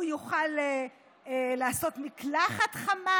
הוא יוכל לעשות מקלחת חמה.